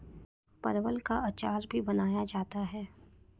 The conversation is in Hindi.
परवल का अचार भी बनाया जाता है